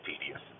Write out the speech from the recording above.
tedious